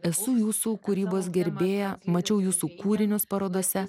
esu jūsų kūrybos gerbėja mačiau jūsų kūrinius parodose